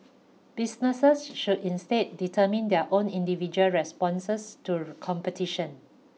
businesses should instead determine their own individual responses to competition